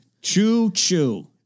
Choo-choo